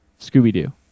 Scooby-Doo